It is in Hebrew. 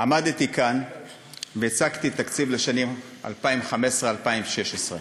עמדתי כאן והצגתי תקציב לשנים 2015 ו-2016,